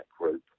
group